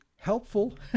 Helpful